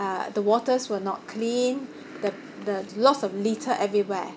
uh the waters were not clean the the lots of litter everywhere